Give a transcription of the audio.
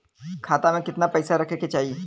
खाता में कितना पैसा रहे के चाही?